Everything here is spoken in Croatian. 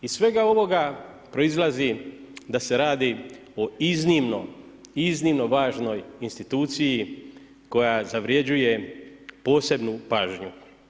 Iz svega ovoga proizlazi da se radi o iznimno, iznimno važnoj instituciji koja zavređuje posebnu pažnju.